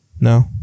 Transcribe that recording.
no